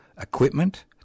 equipment